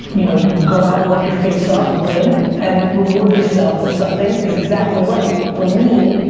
you, know go out work your face off win, and reward yourself with something is exactly right. for me,